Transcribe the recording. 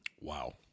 Wow